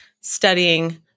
studying